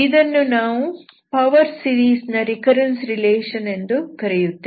ಇದನ್ನು ನಾವು power series ನ ರಿಕರೆನ್ಸ್ ರೆಲೇಶನ್ ಎಂದು ಕರೆಯುತ್ತೇವೆ